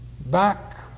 Back